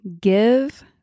give